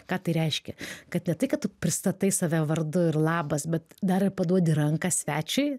ką tai reiškia kad ne tai kad tu pristatai save vardu ir labas bet dar ir paduodi ranką svečiui